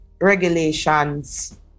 Regulations